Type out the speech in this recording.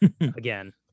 Again